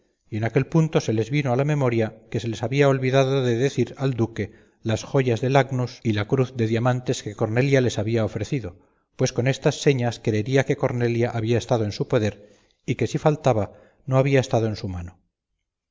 y en aquel punto se les vino a la memoria que se les había olvidado de decir al duque las joyas del agnus y la cruz de diamantes que cornelia les había ofrecido pues con estas señas creería que cornelia había estado en su poder y que si faltaba no había estado en su mano